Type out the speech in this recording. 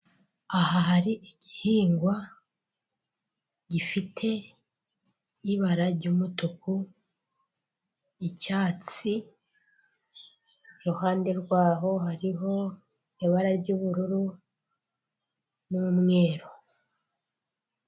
Aha hari igihingwa gifite ibara ry'umutuku, icyatsi, iruhande rwaho hariho ibara ry'ubururu n'umweru.